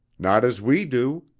not as we do.